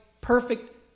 perfect